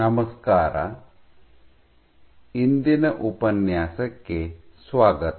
ನಮಸ್ಕಾರ ಮತ್ತು ಇಂದಿನ ಉಪನ್ಯಾಸಕ್ಕೆ ಸ್ವಾಗತ